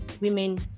women